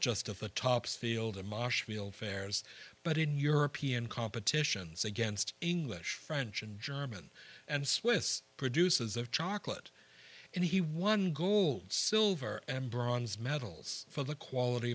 just of the topsfield in marshfield fares but in european competitions against english french and german and swiss produces of chocolate and he won gold silver and bronze medals for the quality